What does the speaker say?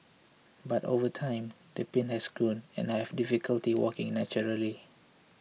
but over time the pain has grown and I have difficulty walking naturally